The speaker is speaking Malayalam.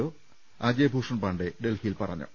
ഒ അജയ് ഭൂഷൺ പാണ്ഡെ ഡൽഹി യിൽ പറഞ്ഞു